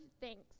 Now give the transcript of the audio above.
thanks